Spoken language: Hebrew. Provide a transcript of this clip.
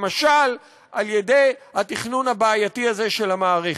למשל על-ידי התכנון הבעייתי הזה של המערכת.